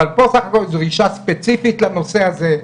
אבל פה סך הכול דרישה ספציפית לנושא הזה.